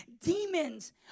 Demons